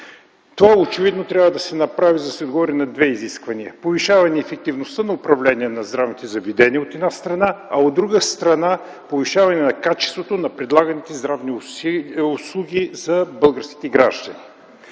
Това очевидно трябва да се направи, за да се отговори на две изисквания – повишаване ефективността на управление на здравните заведения, от една страна, а, от друга страна, повишаване на качеството на предлаганите средни услуги за българските граждани.